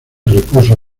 repuso